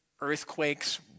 earthquakes